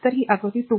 जर ती आकृती २